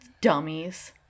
dummies